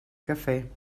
quefer